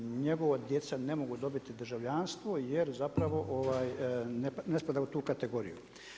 Njegova djeca ne mogu dobiti državljanstvo jer zapravo ne spada u tu kategoriju.